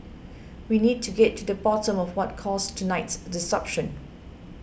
we need to get to the bottom of what caused tonight's disruption